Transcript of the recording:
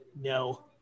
no